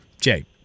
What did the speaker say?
Jay